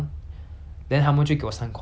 so if I stay back it's about four fifty